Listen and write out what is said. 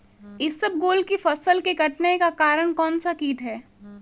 इसबगोल की फसल के कटने का कारण कौनसा कीट है?